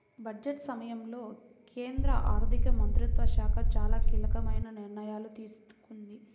budget సమయంలో కేంద్ర ఆర్థిక మంత్రిత్వ శాఖ చాలా కీలకమైన నిర్ణయాలు తీసుకుంది